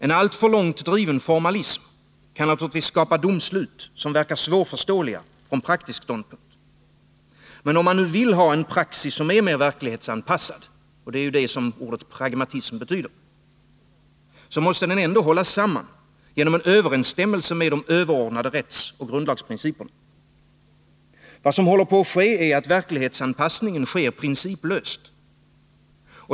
En alltför långt driven formalism kan naturligtvis skapa domslut som verkar svårförståeliga från praktisk ståndpunkt. Men om man nu vill ha en praxis som är mer verklighetsanpassad — det är ju det som ordet pragmatism betyder — måste den ändå hållas samman genom en överensstämmelse med överordnade rättsoch grundlagsprinciper. Vad som håller på att ske är att verklighetsanpassningen sker principlöst.